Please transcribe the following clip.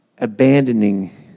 abandoning